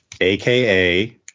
aka